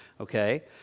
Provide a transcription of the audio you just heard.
okay